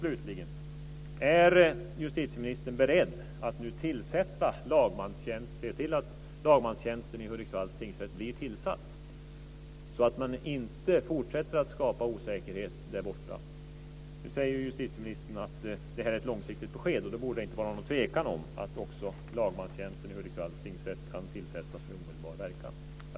Slutligen: Är justitieministern beredd att se till att lagmanstjänsten i Hudiksvalls tingsrätt så att man inte fortsätter att skapa osäkerhet där borta? Nu säger justitieministern att det är ett långsiktigt besked. Då borde det inte vara någon tvekan om att också lagmanstjänsten i Hudiksvalls tingsrätt kan tillsättas med omedelbar verkan.